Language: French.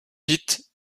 vite